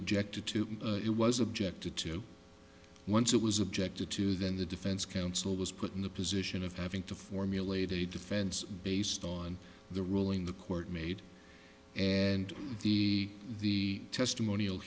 objected to it was objected to once it was objected to then the defense counsel was put in the position of having to formulate a defense based on the ruling the court made and the the testimonial